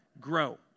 grow